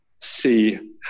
see